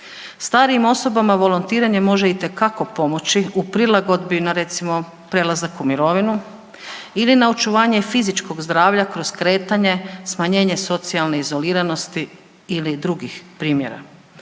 Starijim osobama volontiranje može itekako pomoći u prilagodbi na recimo prelazak u mirovinu ili na očuvanje fizičkog zdravlja kroz kretanje, smanjenje socijalne izoliranosti ili drugih primjera.